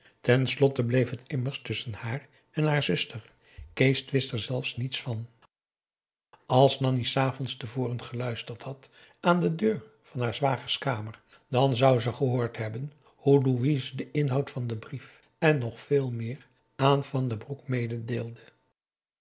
slotte bleef het immers tusschen haar en haar zuster kees wist er zelfs niets van als nanni s avonds te voren geluisterd had aan de deur van haar zwagers kamer dan zou ze gehoord hebben hoe louise den inhoud van den brief en nog veel meer aan van den broek